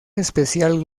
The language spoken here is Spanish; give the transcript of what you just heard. espacial